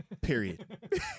Period